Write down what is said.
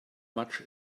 much